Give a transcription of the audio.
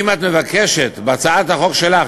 כי אם את מבקשת בהצעת החוק שלך,